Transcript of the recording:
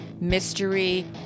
mystery